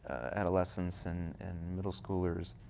adolescents and and middle schoolers.